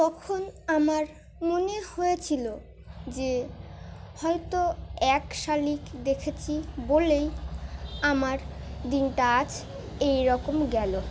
তখন আমার মনে হয়েছিলো যে হয়তো এক শালিক দেখেছি বলেই আমার দিনটা আজ এই রকম গেল